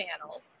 panels